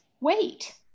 wait